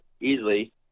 Easily